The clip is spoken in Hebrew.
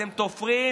אתם תופרים,